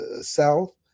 south